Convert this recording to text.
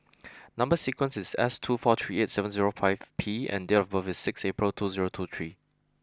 number sequence is S two four three eight seven zero five P and date of birth is six April two zero two three